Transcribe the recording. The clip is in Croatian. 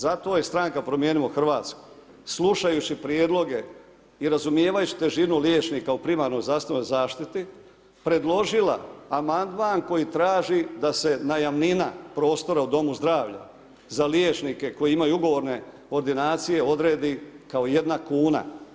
Zato je stranka Promijenimo Hrvatsku slušajući prijedloge i razumijevajući težinu liječnika u primarnoj zdravstvenoj zaštiti predložila amandman koji traži da se najamnina prostora u domu zdravlja za liječnike koji imaju ugovorne ordinacije odredi kao jedna kuna.